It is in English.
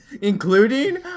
Including